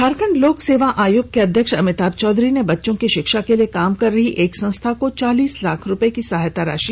झारखंड लोक सेवा आयोग के अध्यक्ष अमिताभ चौधरी ने बच्चों की शिक्षा के लिए काम कर रही एक संस्था को चालीस लाख रूपये की सहायता राशि दी है